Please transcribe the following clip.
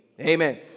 Amen